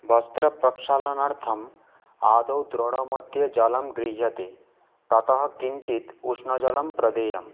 वस्त्रप्रक्षालनार्थं आदौ द्रोणमध्ये जलं गृह्यते ततः किञ्चित् उष्णजलं प्रदेयम्